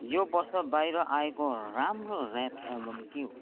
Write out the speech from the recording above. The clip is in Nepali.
यो वर्ष बाहिर आएको राम्रो ऱ्याप एल्बम के हो